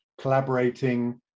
collaborating